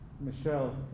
Michelle